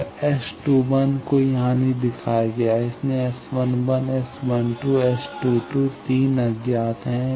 तो S 2 1 को यहां नहीं दिखाया गया है इसलिए S11 ⋅ S 12⋅ S 22 3 अज्ञात है